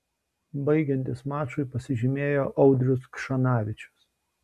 baigiantis mačui pasižymėjo audrius kšanavičius